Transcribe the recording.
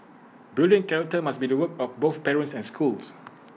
building character must be the work of both parents and schools